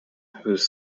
whose